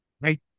right